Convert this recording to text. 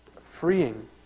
freeing